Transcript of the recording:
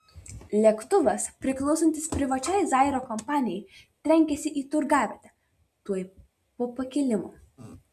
lėktuvas priklausantis privačiai zairo kompanijai trenkėsi į turgavietę tuoj po pakilimo